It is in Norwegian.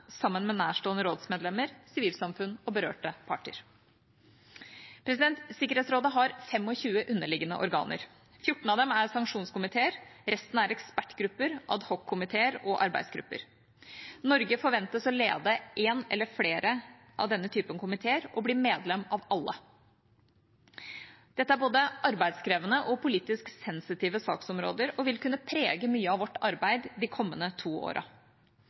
sammen med nærstående rådsmedlemmer, sivilsamfunn og berørte parter. Sikkerhetsrådet har 25 underliggende organer. 14 av dem er sanksjonskomiteer, resten er ekspertgrupper, adhockomiteer og arbeidsgrupper. Norge forventes å lede én eller flere slike komiteer og blir medlem av alle. Dette er både arbeidskrevende og politisk sensitive saksområder og vil kunne prege mye av vårt arbeid de kommende to